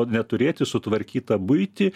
o ne turėti sutvarkytą buitį